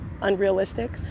unrealistic